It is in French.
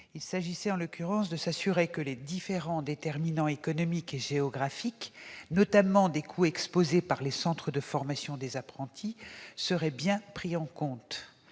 Il s'agissait en l'occurrence de s'assurer que les différents déterminants économiques et géographiques, notamment les coûts exposés par les centres de formation des apprentis, seraient bien pris en compte.